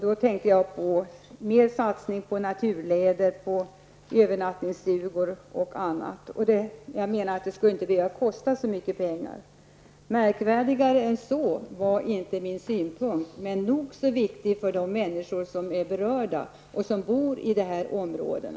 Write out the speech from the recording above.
Då tänker jag på mer satsningar på naturleder, på övernattningsstugor och annat. Det skulle inte behöva kosta så mycket pengar. Märkvärdigare än så var inte mina synpunkter, men nog så viktiga för de människor som berörs och som bor i dessa områden.